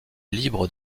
libre